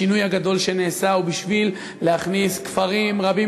השינוי הגדול שנעשה הוא בשביל להכניס כפרים רבים,